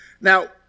Now